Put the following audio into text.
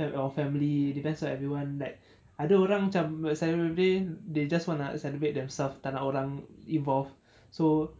help your family depends like everyone like ada orang macam nak celebrate birthday they just want to celebrate themselves tak nak orang involved